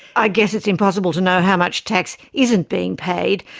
i guess it's impossible to know how much tax isn't being paid,